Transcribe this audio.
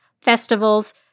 festivals